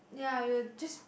ya you will just